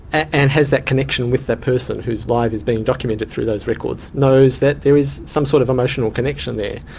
and has a connection with that person whose life is being documented through those records, knows that there is some sort of emotional connection there.